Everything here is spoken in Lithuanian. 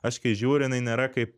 aš kai žiūriu jinai nėra kaip